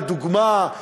לדוגמה,